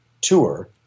tour